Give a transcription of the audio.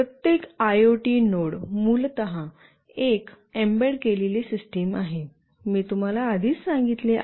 प्रत्येक IoT node मूलत एक एम्बेड केलेली सिस्टम आहे मी तुम्हाला आधीच सांगितले आहे